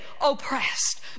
oppressed